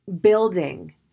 building